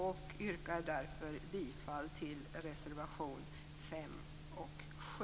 Därför yrkar jag bifall till reservation 5 och 7.